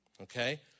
okay